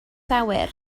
awyr